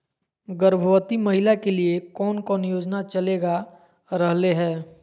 गर्भवती महिला के लिए कौन कौन योजना चलेगा रहले है?